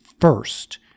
first